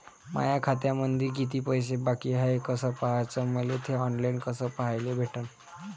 माया खात्यामंधी किती पैसा बाकी हाय कस पाह्याच, मले थे ऑनलाईन कस पाह्याले भेटन?